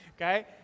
okay